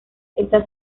esta